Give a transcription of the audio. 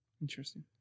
Interesting